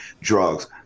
drugs